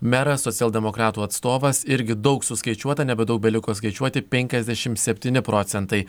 meras socialdemokratų atstovas irgi daug suskaičiuota nebedaug beliko skaičiuoti penkiasdešimt septyni procentai